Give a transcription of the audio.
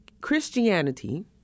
Christianity